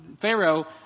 Pharaoh